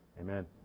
Amen